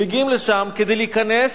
מגיעים לשם כדי להיכנס,